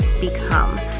become